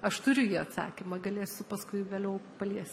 aš turiu į jį atsakymą galėsiu paskui vėliau palies